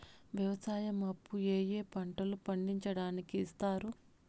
వ్యవసాయం అప్పు ఏ ఏ పంటలు పండించడానికి ఇస్తారు?